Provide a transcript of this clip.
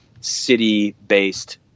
city-based